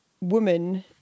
woman